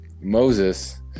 Moses